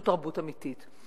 זו תרבות אמיתית,